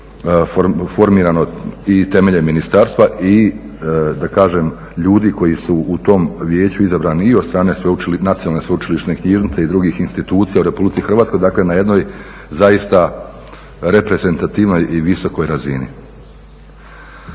je formirano i temeljem ministarstva i ljudi koji su u tom vijeću izabrani i od strane Nacionalne sveučilišne knjižnice i drugih institucija u RH, dakle na jednoj zaista reprezentativnoj i visokoj razini.